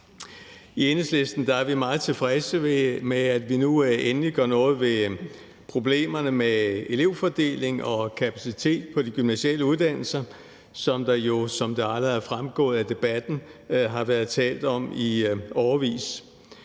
I Enhedslisten er vi meget tilfredse med, at vi nu endelig gør noget ved problemerne med elevfordeling og kapacitet på de gymnasiale uddannelser, som der jo, som det allerede er fremgået af debatten, har været talt om i årevis.